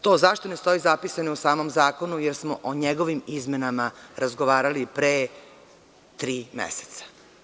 To zašto ne stoji zapisano je u samom zakonu, jer smo o njegovim izmenama razgovarali pre tri meseca.